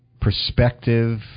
perspective